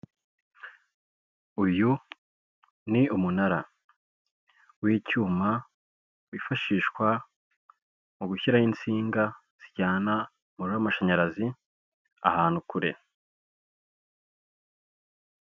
Uyu ni umunara w'icyuma wifashishwa mu gushyiraho insinga zijyana umuriro w'amashanyarazi, ahantu kure.